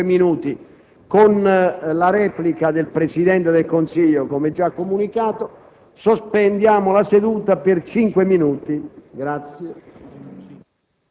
«Il Senato, udite le comunicazione del Presidente del Consiglio dei ministri, le approva». Per consentire l'allestimento tecnico della